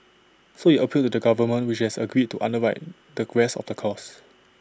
so IT appealed to the government which has agreed to underwrite the rest of the cost